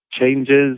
changes